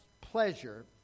pleasure